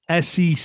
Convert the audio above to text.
SEC